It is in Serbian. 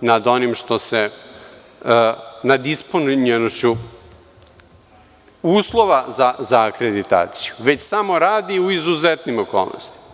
nad onim što se nad ispunjenošću uslova za akreditaciju, već samo radi u izuzetnim okolnostima.